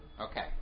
Okay